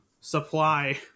supply